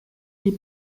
les